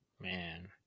Man